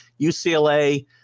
UCLA